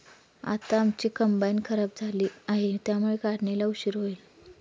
आता आमची कंबाइन खराब झाली आहे, त्यामुळे काढणीला उशीर होईल